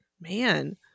man